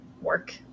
work